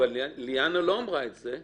ליאנה לא אמרה את זה.